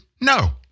no